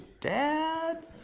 Dad